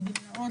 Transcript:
בגמלאות,